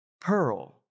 pearl